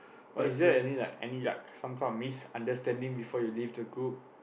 but is there any like any like some kind of misunderstanding before you leave the group